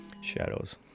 shadows